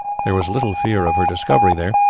there was little fear of her discovery there,